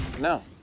No